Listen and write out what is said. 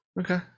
Okay